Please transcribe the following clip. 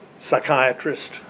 psychiatrist